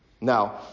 Now